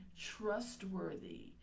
trustworthy